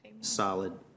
solid